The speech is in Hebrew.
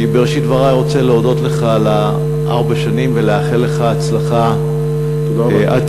אני בראשית דברי רוצה להודות לך על ארבע השנים ולאחל לך הצלחה עתידית.